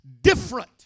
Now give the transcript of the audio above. different